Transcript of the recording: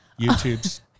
YouTube's